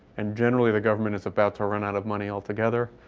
and generally the government is about to run out of money altogether.